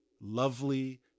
lovely